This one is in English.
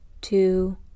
two